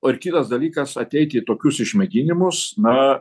o ir kitas dalykas ateiti į tokius išmėginimus na